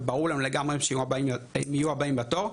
וברור להם לגמרי שהם יהיו הבאים בתור,